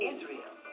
Israel